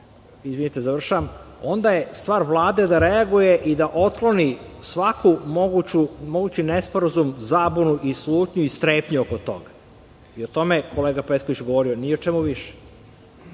onda je stvar Vlade da reaguje i da otkloni svaki mogući nesporazum, zabunu, slutnju i strepnju oko toga i o tome je kolega Petković govorio, ni o čemu više.